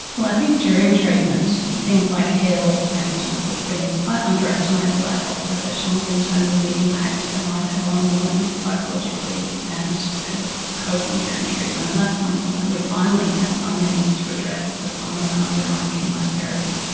well, i think during treatment things like hair loss, for instance, have been quite underestimated by health professionals in terms of the impact they might have on a woman psychologically and her coping during treatment, and that's something that we finally have some means to address for some women undergoing chemotherapy,